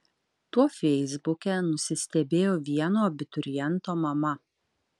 tuo feisbuke nusistebėjo vieno abituriento mama